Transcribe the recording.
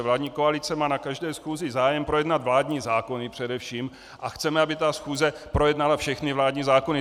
Vládní koalice má na každé schůzi zájem projednat vládní zákony především a chceme, aby schůze projednala všechny vládní zákony.